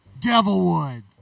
Devilwood